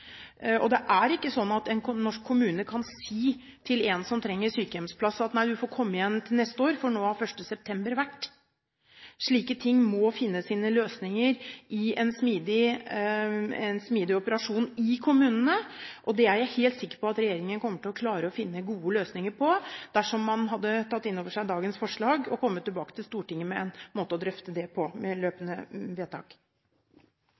og det er ikke sånn at en norsk kommune kan si til en som trenger sykehjemsplass, at du får komme igjen til neste år, for nå har 1. september vært. Slike ting må finne sine løsninger i en smidig operasjon i kommunene, og det er jeg helt sikker på at regjeringen kommer til å klare å finne gode løsninger på dersom man hadde tatt inn over seg dagens forslag, for så å komme tilbake til Stortinget med en måte å drøfte det på, med